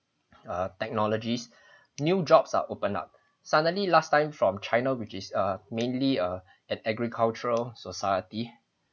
err technologies new jobs are open up suddenly last time from china which is err mainly a an agricultural society